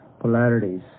polarities